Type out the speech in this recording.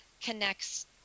connects